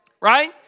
right